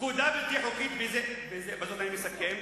"פקודה בלתי חוקית" בזה אני מסכם,